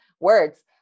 words